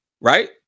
Right